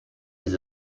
his